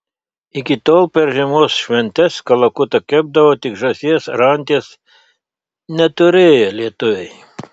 iki tol per žiemos šventes kalakutą kepdavo tik žąsies ar anties neturėję lietuviai